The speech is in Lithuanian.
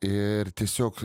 ir tiesiog